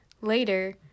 later